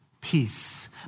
Peace